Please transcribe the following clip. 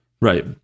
Right